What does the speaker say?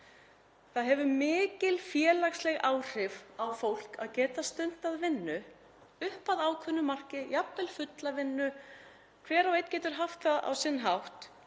Það hefur mikil félagsleg áhrif á fólk að geta stundað vinnu upp að ákveðnu marki, jafnvel fulla vinnu. Hver og einn getur haft það á sinn hátt.